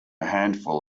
handful